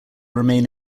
remain